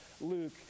Luke